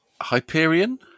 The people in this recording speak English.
Hyperion